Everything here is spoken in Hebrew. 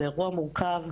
זה אירוע מורכב,